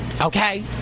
okay